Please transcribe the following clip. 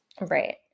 Right